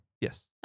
Yes